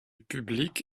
publique